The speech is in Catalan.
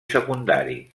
secundari